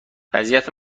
وضعیت